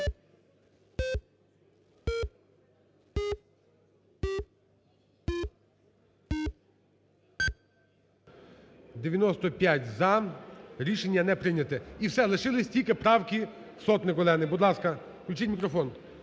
95-за. Рішення неприйняте. І все, лишилися тільки правки Сотник Олени. Будь ласка, включіть мікрофон.